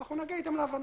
אנחנו נגיע איתם להבנות.